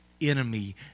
enemy